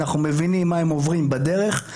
אנחנו מבינים מה הם עוברים בדרך.